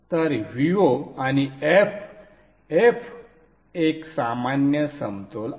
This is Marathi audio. तर Vo आणि f f एक सामान्य समतोल आहे